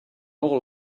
all